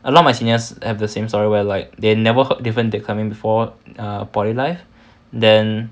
a lot of my seniors have the same story where like they never heard or did climbing before err poly life then